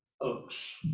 Oaks